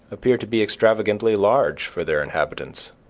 appear to be extravagantly large for their inhabitants.